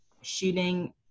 shooting